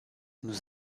nous